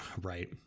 Right